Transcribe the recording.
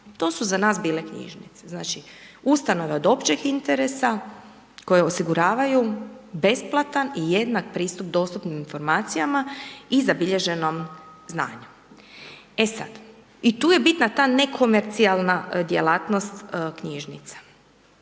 To su za nas bile knjižnice, znači ustanove od općeg interesa koje osiguravaju besplatan i jednak pristup dostupnim informacijama i zabilježenom znanju. E sad. I tu je bitna ta nekomercijalna djelatnost knjižnica,